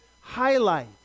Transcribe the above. highlight